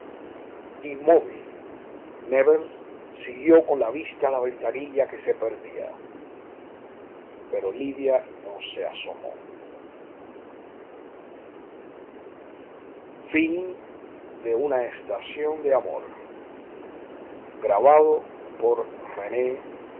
inmóvil nébel siguió con la vista la ventanilla que se perdía pero lidia no se asomó